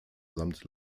samt